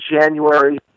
January